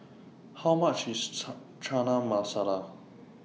How much IS Chana Masala